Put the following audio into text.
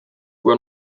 kui